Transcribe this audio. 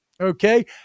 okay